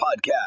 Podcast